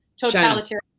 totalitarian